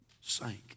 sank